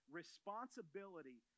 responsibility